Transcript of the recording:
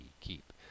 keep